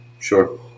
Sure